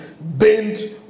bent